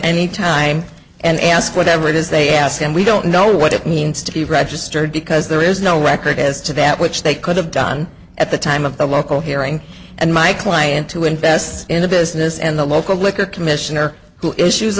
any time and ask whatever it is they asked and we don't know what it means to be registered because there is no record as to that which they could have done at the time of the local hearing and my client to invest in the business and the local liquor commissioner who issues